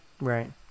right